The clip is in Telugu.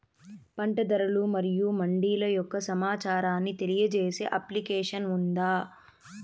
పంట ధరలు మరియు మండీల యొక్క సమాచారాన్ని తెలియజేసే అప్లికేషన్ ఉందా?